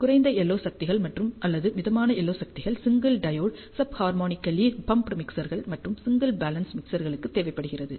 குறைந்த LO சக்திகள் அல்லது மிதமான LO சக்திகள் single diode sub harmonically pumped மிக்சர்கள் மற்றும் சிங்கிள் பேலன்ஸ் மிக்சர்களுக்கு தேவைப்படுகிறது